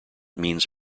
means